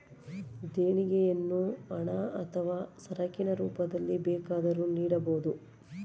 ದೇಣಿಗೆಯನ್ನು ಹಣ ಅಥವಾ ಸರಕಿನ ರೂಪದಲ್ಲಿ ಬೇಕಾದರೂ ನೀಡಬೋದು